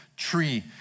tree